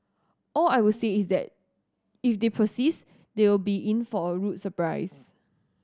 all I will say is that if they persist they will be in for a rude surprise